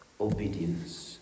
obedience